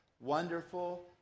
wonderful